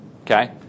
Okay